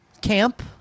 camp